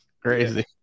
Crazy